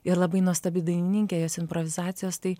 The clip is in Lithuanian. ir labai nuostabi dainininkė jos improvizacijos tai